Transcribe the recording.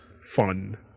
fun